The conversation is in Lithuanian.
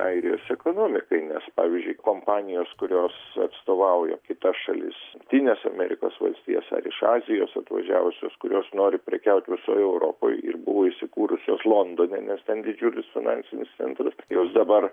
airijos ekonomikai nes pavyzdžiui kompanijos kurios atstovauja kitas šalis jungtines amerikos valstijas ar iš azijos atvažiavusius kurios nori prekiaut visoj europoj ir buvo įsikūrusios londone nes ten didžiulius finansinis centras jos dabar